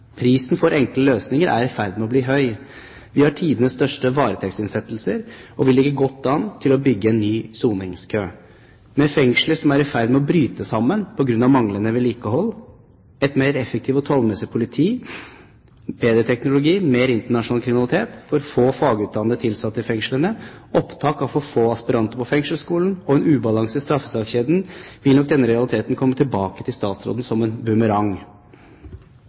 Prisen for enkle løsninger er i ferd med å bli høy. Vi har tidenes største varetektsinnsettelser og vi ligger godt an til å bygge en ny soningskø. Med fengsler som er i ferd med å bryte sammen på grunn av manglende vedlikehold, et mer effektiv og tallmessig politi, bedre teknologi, mer internasjonal kriminalitet, for få fagutdannede tilsatte i fengslene, opptak av for få aspiranter på fengselsskolen og en ubalanse i straffesakskjeden vil nok denne realiteten komme tilbake til statsråden som en bumerang